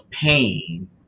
pain